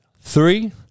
Three